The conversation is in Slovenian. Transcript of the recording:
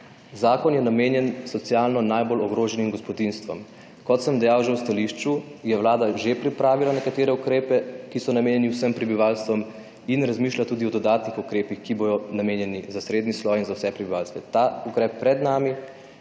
zakon je namenjen socialno najbolj ogroženim gospodinjstvom. Kot sem dejal že v stališču, je Vlada že pripravila nekatere ukrepe, ki so namenjeni vsem prebivalcem, in razmišlja tudi o dodatnih ukrepih, ki bodo namenjeni za srednji sloj in vse prebivalce. Ta ukrep pred nami je